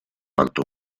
alto